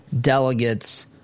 delegates